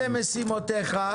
צא למשימותיך.